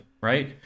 right